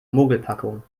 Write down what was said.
mogelpackung